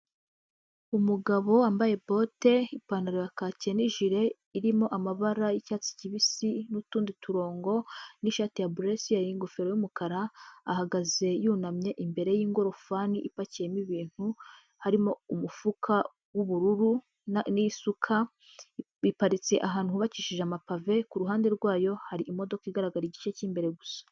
Umugabo wambaye bote, ipantaro ya kake ni jile, irimo amabara y'icyatsi kibisi n'utundi turongo, nishati ya buresiyeri, ingofero y'umukara, ahagaze yunamye imbere yingorofani ipakiyemo ibintu, harimo umufuka w'ubururu n'isuka, biparitse ahantu hubakishije amapave, ku ruhande rwayo hari imodoka igaragara igice cy'imbere gusa.